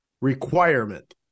requirement